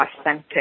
authentic